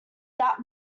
that